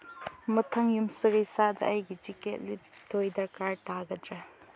ꯃꯊꯪ ꯌꯨꯝꯁꯀꯩꯁꯗ ꯑꯩꯒꯤ ꯖꯤꯀꯦꯠ ꯂꯤꯠꯇꯣꯏ ꯗꯔꯀꯥꯔ ꯇꯥꯒꯗ꯭ꯔꯥ